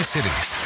Cities